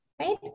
right